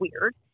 weird